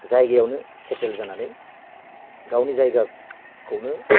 जायगायावनो सेथेल जानानै गावनि जायगाखौनो